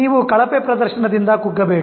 ನೀವು ಕಳಪೆ ಪ್ರದರ್ಶನದಿಂದ ಕುಗ್ಗಬೇಡಿ